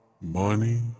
Money